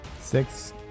Six